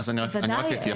ודאי,